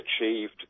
achieved